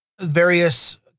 various